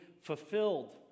fulfilled